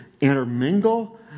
intermingle